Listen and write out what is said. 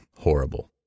horrible